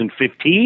2015